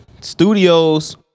Studios